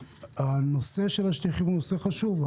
הנושא של השליחים הוא נושא חשוב.